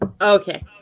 Okay